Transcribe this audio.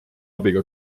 abiga